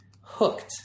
Hooked